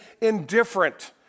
indifferent